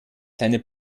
seine